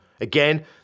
Again